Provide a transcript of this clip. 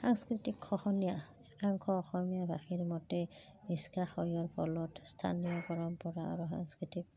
সাংস্কৃতিক খহনীয়া একাংশ অসমীয়া ভাষীৰ মতে নিস্কাসয়ৰ ফলত স্থানীয় পৰম্পৰা আৰু সাংস্কৃতিক